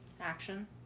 Action